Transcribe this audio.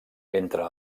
entre